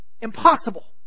impossible